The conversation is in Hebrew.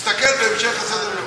תסתכל בהמשך סדר-היום.